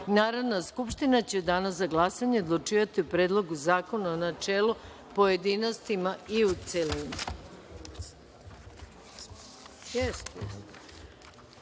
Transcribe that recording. Narodna skupština će u danu za glasanje odlučivati o Predlogu zakona u načelu, pojedinostima i u celini. Primili